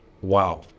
Wow